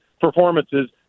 performances